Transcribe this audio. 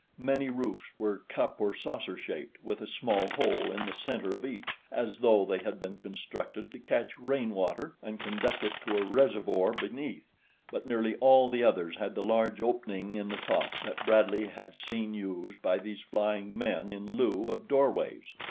many roofs were cup or saucer-shaped with a small hole in the center of each, as though they had been constructed to catch rain-water and conduct it to a reservoir beneath but nearly all the others had the large opening in the top that bradley had seen used by these flying men in lieu of doorways.